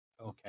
Okay